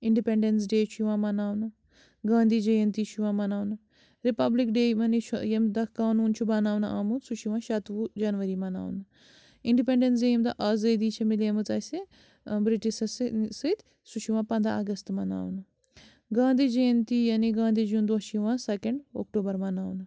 Independence day چھُ یِوان مناونہٕ گاندی جَیینتی چھُ یِوان مناونہٕ رِپَبلِک ڈے یوان یہِ چھُ ییٚمہِ دۄہ قانوٗن چھُ بناونہٕ آمُت سُہ چھُ یِوان شیٚتوُہ جَنؤری مَناونہٕ اِنڈِپیٚنڈیٚنٕس ڈے ییٚمہِ دۄہ آزٲدی چھِ میلیمٕژ اسہِ ٲں بِرٛٹِشیٚس سۭتۍ سُہ چھُ یِوان پنٛداہ اَگَستہٕ مَناونہٕ گانٛدھی جَیینتی یعنی گانٛدھی جی یُن دۄہ چھُ یِوان سیٚکنٛڈ اکتوٗبَر مَناونہٕ